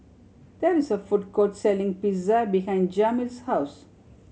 there is a food court selling Pizza behind Jamil's house